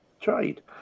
trade